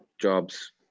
jobs